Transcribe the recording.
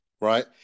right